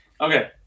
okay